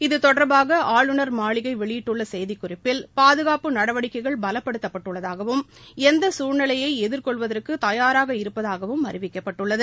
இது தொடர்பாக ஆளுநர் மாளிகை வெளியிட்டுள்ள செய்திக் குறிப்பில் பாதுகாப்பு நடவடிக்கைகள் பலப்படுத்தப்பட்டுள்ளதாகவும் சூழ்நிலையை தயாராக இருப்பதாகவும் அறிவிக்கப்பட்டுள்ளது